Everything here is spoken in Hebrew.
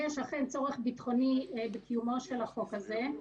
יש אכן צורך ביטחוני בקיומו של החוק הזה.